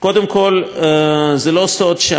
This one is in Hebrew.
זה לא סוד שהממשלה הזאת,